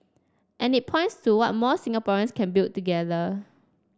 and it points to what more Singaporeans can build together